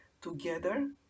together